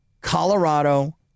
Colorado